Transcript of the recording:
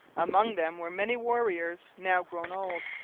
among them were many warriors, now grown old,